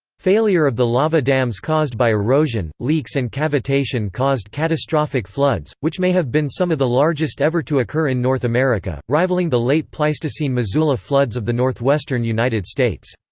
failure of the lava dams caused by erosion, leaks and cavitation caused catastrophic floods, which may have been some of the largest ever to occur in north america, rivaling the late-pleistocene missoula floods of the northwestern united states.